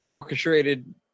orchestrated –